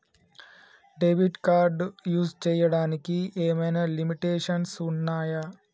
Debit card use చేయడానికి ఏమైనా limitations ఉన్నాయా?